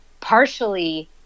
partially